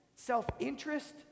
Self-interest